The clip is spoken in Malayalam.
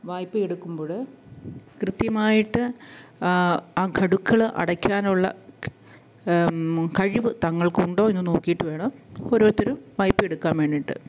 വായ്പ എടുക്കുമ്പോൾ കൃത്യമായിട്ട് ആ ഘടുക്കൾ അടക്കാനുള്ള കഴിവ് തങ്ങൾക്കുണ്ടോ എന്ന് നോക്കിയിട്ട് വേണം ഓരോരുത്തരും വായ്പ എടുക്കാൻ വേണ്ടിയിട്ട്